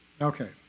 Okay